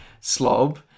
slob